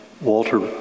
Walter